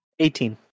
Eighteen